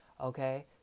Okay